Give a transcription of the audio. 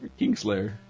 Kingslayer